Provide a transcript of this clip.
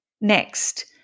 Next